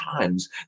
times